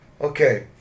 Okay